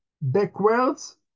Backwards